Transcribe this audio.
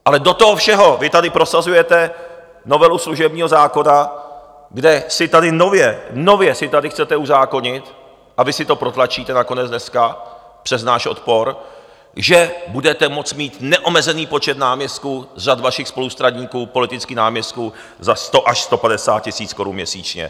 Ale do toho všeho vy tady prosazujete novelu služebního zákona, kde si tady nově, nově si tady chcete uzákonit, a vy si to protlačíte nakonec dneska přes náš odpor, že budete moct mít neomezený počet náměstků z řad vašich spolustraníků, politických náměstků za 100 až 150 tisíc korun měsíčně.